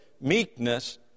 meekness